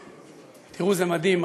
תראו, זה מדהים.